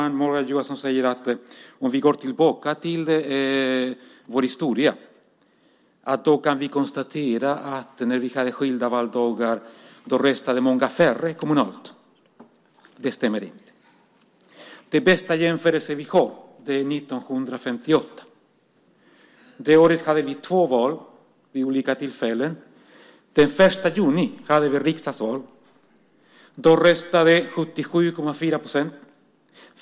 Morgan Johansson säger även att om vi går tillbaka i historien kan vi konstatera att många färre röstade kommunalt när vi hade skilda valdagar. Det stämmer däremot inte. Den bästa jämförelsen vi kan göra är med 1958. Det året hade vi två val vid olika tidpunkter. Den 1 juni var det riksdagsval. Då röstade 77,4 procent.